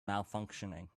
malfunctioning